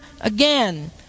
again